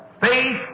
Faith